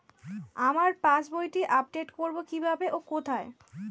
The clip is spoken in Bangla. আমার পাস বইটি আপ্ডেট কোরবো কীভাবে ও কোথায়?